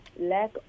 lack